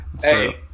Hey